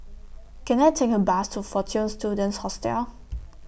Can I Take A Bus to Fortune Students Hostel